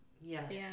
Yes